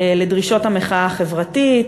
לדרישות המחאה החברתית,